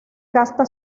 casta